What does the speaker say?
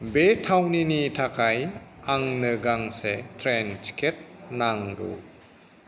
बे थावनिनि थाखाय आंनो गांसे ट्रेन टिकेट नांगौ